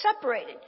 separated